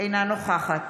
אינה נוכחת